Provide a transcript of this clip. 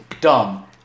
Dumb